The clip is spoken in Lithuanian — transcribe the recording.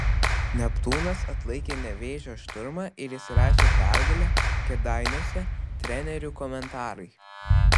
neptūnas atlaikė nevėžio šturmą ir įsirašė pergalę kėdainiuose trenerių komentarai